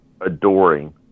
adoring